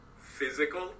physical